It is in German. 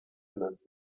lässt